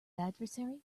adversary